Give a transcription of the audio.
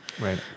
Right